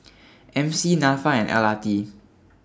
M C Nafa and L R T